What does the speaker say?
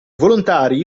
volontari